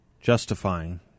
justifying